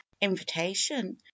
invitation